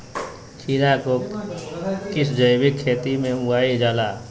खीरा को किस जैविक खेती में उगाई जाला?